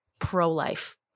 pro-life